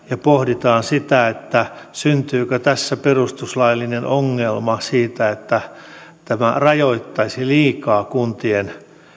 ja pohditaan sitä syntyykö perustuslaillinen ongelma siitä että tämä rajoittaisi liikaa kuntien